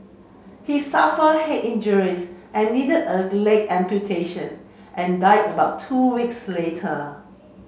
he suffered head injuries and needed a leg amputation and died about two weeks later